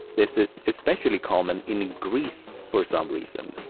this is especially common in greece for some reason.